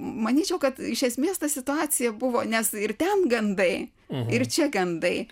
manyčiau kad iš esmės ta situacija buvo nes ir ten gandai ir čia gandai